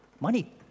Money